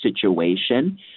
situation